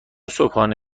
صبحانه